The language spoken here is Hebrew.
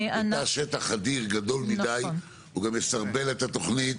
תא שטח אדיר, גדול מידי, הוא גם יסרבל את התוכנית.